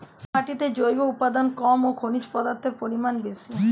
কোন মাটিতে জৈব উপাদান কম ও খনিজ পদার্থের পরিমাণ বেশি?